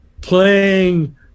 playing